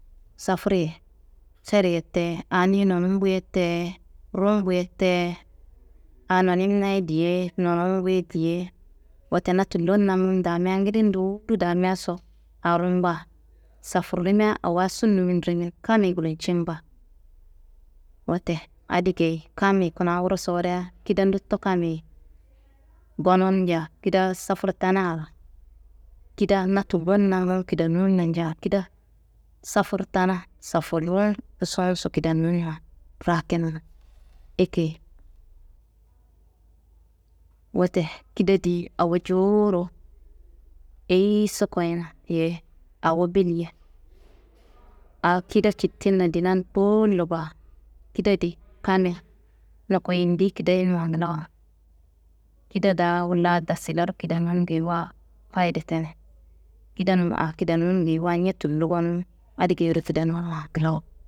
Safurri ye heriye te, aa niyi nonumbuye te, rumbu ye te, a noniminaye diye, nonumbuye diye. Wote na tullon namum damia ngili ndowuro damiaso aa rumba, safurrima awa sunnumin rumin kammi gulcin baa. Wote adi geyi kammi kuna wuro soria kida ndotto kammi gonun nja kida safur tena, kida na tullon namun kidenunna nja, kida safur tana, safurrun isunso kidenunna rakini ekeyi. Wote kida di awo jowuro eyiso koyina ye awo billi ye, aa kida cittinna dinan kowollo baa, kida di kammi ndoko yindi kideyinwa nglawo. Kida daa wolla dasilero kidenun geyiwa fayide teni, kidenun aa kidenun geyiwa ñe tullo gonun adi geyiro kidenunwa nglawo.